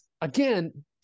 again